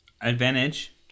Advantage